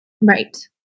Right